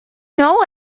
know